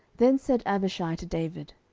then said abishai to david,